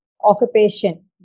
occupation